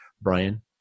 Brian